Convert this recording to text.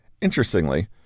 Interestingly